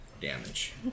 damage